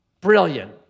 Brilliant